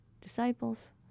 disciples